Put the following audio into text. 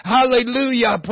Hallelujah